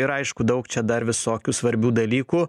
ir aišku daug čia dar visokių svarbių dalykų